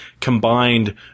combined